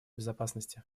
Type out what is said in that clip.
безопасности